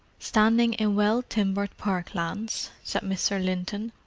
standing in well-timbered park lands, said mr. linton,